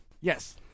Yes